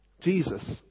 Jesus